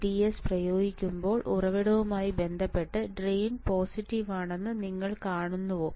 VDS പ്രയോഗിക്കുമ്പോൾ ഉറവിടവുമായി ബന്ധപ്പെട്ട് ഡ്രെയിൻ പോസിറ്റീവ് ആണെന്ന് നിങ്ങൾ കാണുന്നു